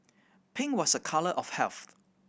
pink was a colour of health